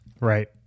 Right